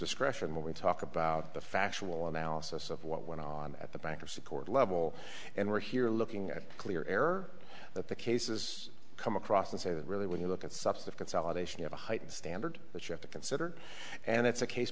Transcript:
discretion when we talk about the factual analysis of what went on at the bankruptcy court level and we're here looking at clear error that the cases come across and say that really when you look at substance consolidation of a heightened standard that you have to consider and it's a case